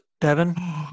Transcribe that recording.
Devin